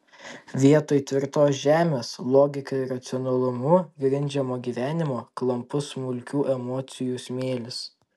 vietoj tvirtos žemės logika ir racionalumu grindžiamo gyvenimo klampus smulkių emocijų smėlis